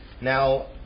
Now